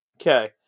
Okay